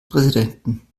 präsidenten